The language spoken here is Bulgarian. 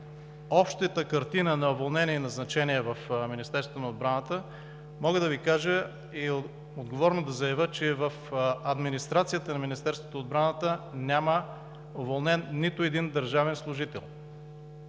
общата картина на уволнения и назначения в Министерството на отбраната мога да кажа и отговорно да заявя, че в администрацията в Министерството на отбраната няма уволнен нито един държавен служител.